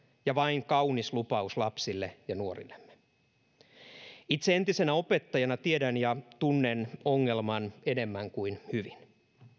ja vain kaunis lupaus lapsille ja nuorillemme itse entisenä opettajana tiedän ja tunnen ongelman enemmän kuin hyvin